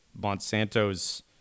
Monsanto's